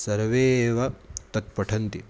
सर्वे एव तत् पठन्ति